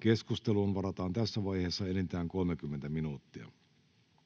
Keskusteluun varataan tässä vaiheessa enintään 30 minuuttia.